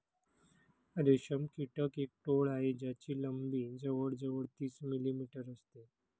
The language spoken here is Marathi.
रेशम कीटक एक टोळ आहे ज्याची लंबी जवळ जवळ तीस मिलीमीटर असते